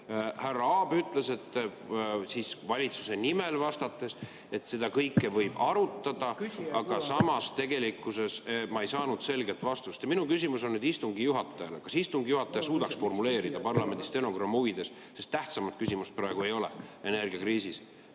Härra Aab ütles valitsuse nimel vastates, et seda kõike võib arutada, aga samas tegelikkuses ma ei saanud selget vastust. Ja minu küsimus on istungi juhatajale: kas istungi juhataja suudaks formuleerida parlamendi stenogrammi huvides – sest tähtsamat küsimust praegu ei ole energiakriisis